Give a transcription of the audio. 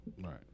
right